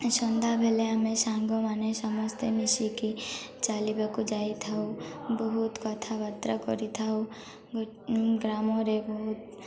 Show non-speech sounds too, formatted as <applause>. ସନ୍ଧ୍ୟାବେଳେ ଆମେ ସାଙ୍ଗମାନେ ସମସ୍ତେ ମିଶିକି ଚାଲିବାକୁ ଯାଇ ଥାଉ ବହୁତ କଥାବାର୍ତ୍ତା କରିଥାଉ <unintelligible> ଗ୍ରାମରେ ବହୁତ